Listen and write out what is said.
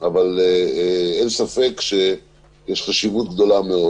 אבל אין ספק שיש חשיבות גדולה מאוד